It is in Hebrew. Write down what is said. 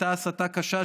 הייתה הסתה קשה,